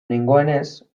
nengoenez